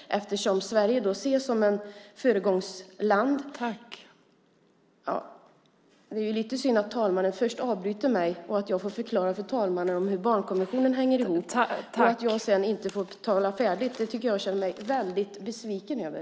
Eftersom Sverige ses som ett föregångsland . Det är lite synd att talmannen först avbryter mig och att jag får förklara för talmannen hur barnkonventionen hänger ihop och att jag sedan inte får tala färdigt. Det känner jag mig väldigt besviken över.